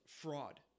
fraud